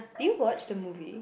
do you watch the movie